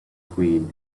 queen